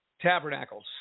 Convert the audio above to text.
Tabernacles